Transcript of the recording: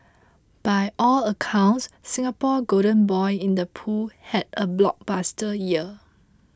by all accounts Singapore's golden boy in the pool had a blockbuster year